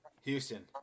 Houston